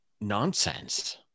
nonsense